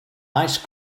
ice